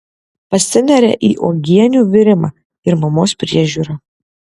pasineria į uogienių virimą ir mamos priežiūrą